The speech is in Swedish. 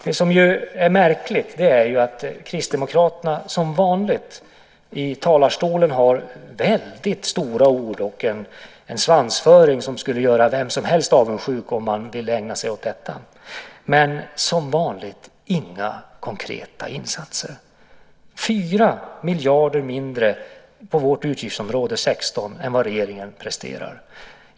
Det som är märkligt är att Kristdemokraterna som vanligt i talarstolen har väldigt stora ord och en svansföring som skulle göra vem som helst avundsjuk om man vill ägna sig åt detta. Men som vanligt finns det inga konkreta insatser. Man föreslår 4 miljarder mindre på vårt utgiftsområde 16 än vad regeringen presterar.